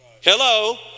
Hello